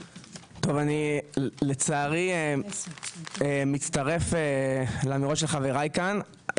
טוב, אני לצערי, מצטרף לדברים של חברי כאן.